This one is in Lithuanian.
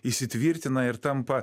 įsitvirtina ir tampa